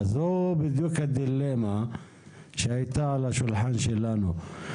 זו בדיוק הדילמה שהייתה על השולחן שלנו.